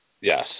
Yes